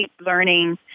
learning